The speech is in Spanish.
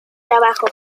trabajo